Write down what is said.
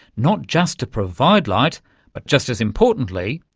not just to provide light but, just as importantly,